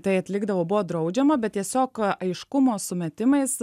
tai atlikdavo buvo draudžiama bet tiesiog aiškumo sumetimais